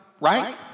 right